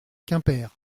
quimper